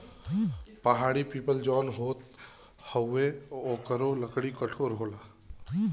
पहाड़ी पीपल जौन होत हउवे ओकरो लकड़ी कठोर होला